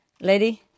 lady